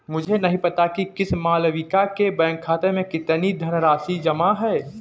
मुझे नही पता कि किसी मालविका के बैंक खाते में कितनी धनराशि जमा है